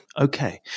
Okay